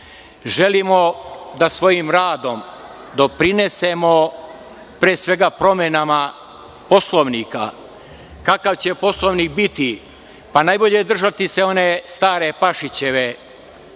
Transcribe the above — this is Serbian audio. Želimo da svojim radom doprinesemo pre svega promenama Poslovnika. Kakva će Poslovnik biti? Pa, najbolje je držati se one stare Pašićeve,